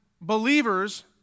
believers